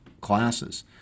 classes